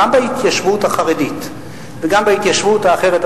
גם בהתיישבות החרדית וגם בהתיישבות האחרת,